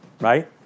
right